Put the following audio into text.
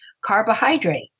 carbohydrate